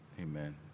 amen